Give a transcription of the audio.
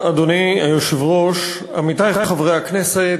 אדוני היושב-ראש, תודה רבה, עמיתי חברי הכנסת,